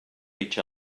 each